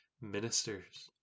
ministers